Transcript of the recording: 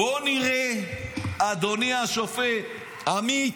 בוא נראה, אדוני השופט עמית,